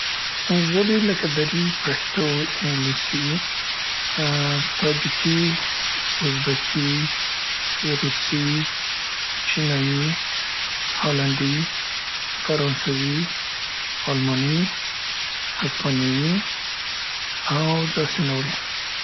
زبې لکه دري، پښتو، انګلیسي، ا، تاجکي، ازبکي، روسي، چینايي، هالنډي، فرانسوي، الماني، هسپانیوي او داسې نورې.